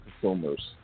consumers